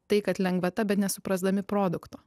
tai kad lengvata bet nesuprasdami produkto